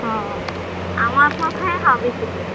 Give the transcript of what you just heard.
অঁ আমাৰ পঠায়ে খাওঁ বেছিকৈ